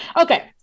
Okay